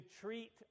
treat